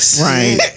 Right